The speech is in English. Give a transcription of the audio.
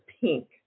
pink